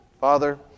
Father